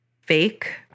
fake